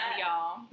y'all